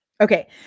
Okay